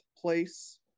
place